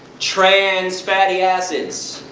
trans fatty acids.